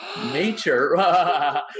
nature